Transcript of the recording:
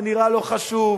זה נראה לא חשוב,